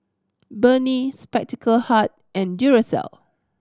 Burnie Spectacle Hut and Duracell